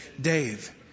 Dave